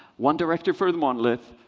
one director for the monolith,